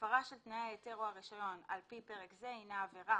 הפרה של תנאי ההיתר או הרישיון על פי פרק זה הינה עבירה